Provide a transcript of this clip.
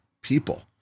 people